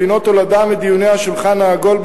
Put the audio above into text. והינו תולדה של דיוני השולחן העגול,